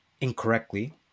incorrectly